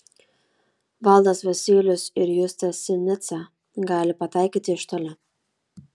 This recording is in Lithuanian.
valdas vasylius ir justas sinica gali pataikyti iš toli